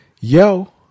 yo